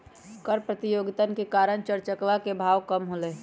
कर प्रतियोगितवन के कारण चर चकवा के भाव कम होलय है